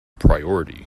priority